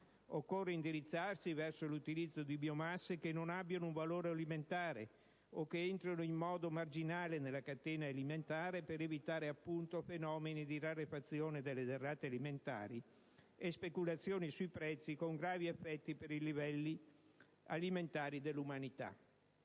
occorre indirizzarsi verso l'utilizzo di biomasse che non abbiano un valore alimentare o che entrino in modo del tutto marginale nella catena alimentare, per evitare fenomeni di rarefazione delle derrate alimentari e speculazioni sui prezzi con gravi effetti per i livelli alimentari dell'umanità;